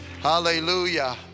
Hallelujah